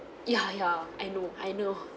ya ya I know I know